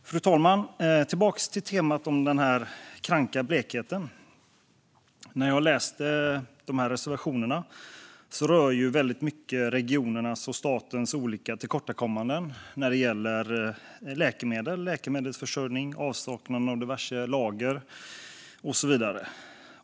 Fru talman! Jag går nu tillbaka till temat eftertankens kranka blekhet. Jag har läst reservationerna, som väldigt mycket rör regionernas och statens olika tillkortakommanden när det gäller läkemedelsförsörjning, avsaknaden av diverse lager och så vidare.